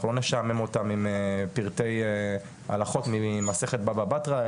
אנחנו לא נשעמם אותם עם פרטי הלכות ממסכת בבא בתרא,